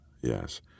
Yes